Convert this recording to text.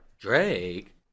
Drake